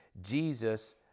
Jesus